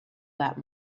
that